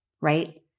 right